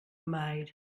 maid